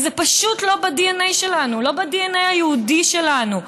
וזה פשוט לא בדנ"א שלנו, לא בדנ"א היהודי שלנו,